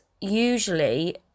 usually